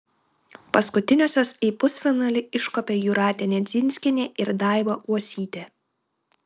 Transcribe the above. paskutiniosios į pusfinalį iškopė jūratė nedzinskienė ir daiva uosytė